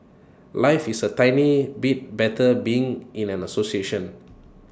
life is A tiny bit better being in an association